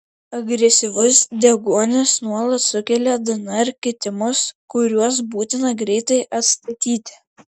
agresyvus deguonis nuolat sukelia dnr kitimus kuriuos būtina greitai atstatyti